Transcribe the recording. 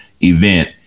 event